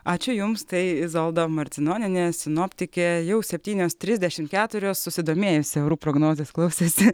ačiū jums tai izolda marcinonienė sinoptikė jau septynios trisdešimt keturios susidomėjusi orų prognozės klausėsi